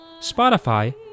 Spotify